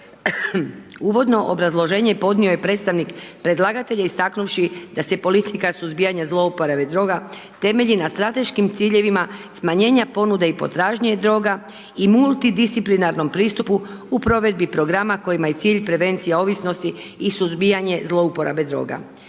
Uvodno obrazloženje podnio je predstavnik predlagatelja istaknuvši da se politika suzbijanja zlouporabe droga temelji na strateškim ciljevima smanjenja ponude i potražnje droga i multidisciplinarnom pristupu u provedi programa kojima je cilj prevencija ovisnosti i suzbijanja zlouporabe droga.